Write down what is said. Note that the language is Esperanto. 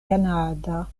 kanada